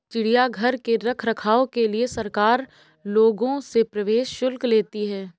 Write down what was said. चिड़ियाघर के रख रखाव के लिए सरकार लोगों से प्रवेश शुल्क लेती है